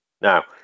Now